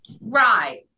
Right